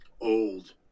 old